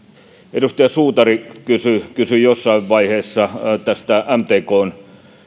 edustaja suutari kysyi kysyi jossain vaiheessa tästä mtkn